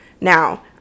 Now